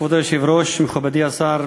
כבוד היושב-ראש, מכובדי השר,